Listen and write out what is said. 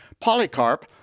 Polycarp